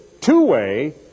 two-way